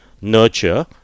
nurture